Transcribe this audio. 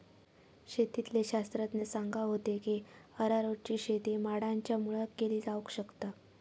शेतीतले शास्त्रज्ञ सांगा होते की अरारोटची शेती माडांच्या मुळाक केली जावक शकता